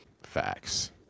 Facts